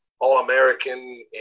All-American